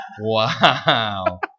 Wow